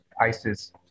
ISIS